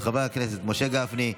של חברי הכנסת משה גפני,